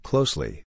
Closely